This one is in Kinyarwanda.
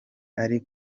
ari